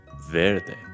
Verde